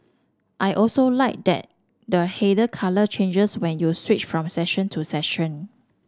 I also like that the header colour changes when you switch from section to section